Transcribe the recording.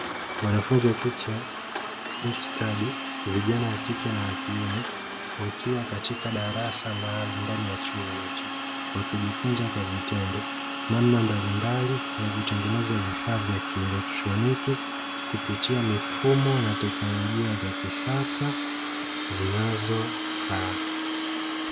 Wanafunzi wa chuo cha ufundi stadi, vijana wa kike na wa kiume wakiwa katika darasa maalumu ndani ya chuo hicho wakijifunza kwa vitendo namna mbalimbali za kutengeneza vifaa vya kielektroniki kutumia mifumo na teknolojia za kisasa zinazofaa.